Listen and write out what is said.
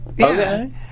Okay